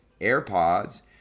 AirPods